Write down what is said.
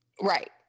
Right